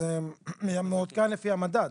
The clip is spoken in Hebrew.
זה מעודכן לפי המדד.